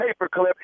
paperclip